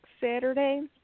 Saturday